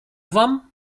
wam